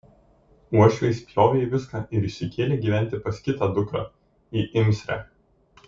uošviai spjovė į viską ir išsikėlė gyventi pas kitą dukrą į imsrę